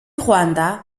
rwanda